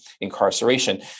incarceration